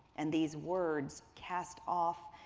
and these words cast off,